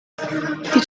did